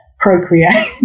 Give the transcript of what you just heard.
procreate